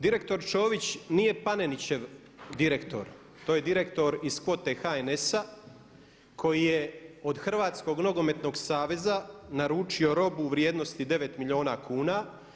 Direktor Ćović nije Panenićev direktor, to je direktor iz kvote HNS-a koji je od Hrvatskog nogometnog saveza naručio robu u vrijednosti 9 milijuna kuna.